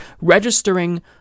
registering